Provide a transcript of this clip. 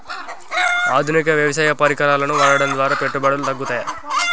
ఆధునిక వ్యవసాయ పరికరాలను వాడటం ద్వారా పెట్టుబడులు తగ్గుతయ?